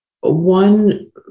one